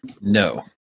No